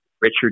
Richard